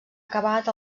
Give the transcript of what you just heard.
acabat